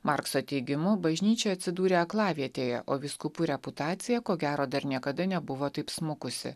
markso teigimu bažnyčia atsidūrė aklavietėje o vyskupų reputacija ko gero dar niekada nebuvo taip smukusi